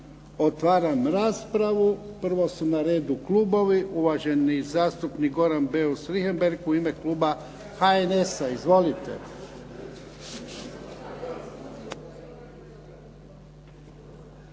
Otvaram raspravu. Prvo su na redu klubovi. Uvaženi zastupnik Goran Beus Richemberg, u ime kluba HNS-a. Izvolite.